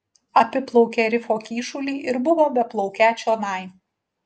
apiplaukė rifo kyšulį ir buvo beplaukią čionai